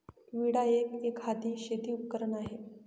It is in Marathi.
विळा एक, एकहाती शेती उपकरण आहे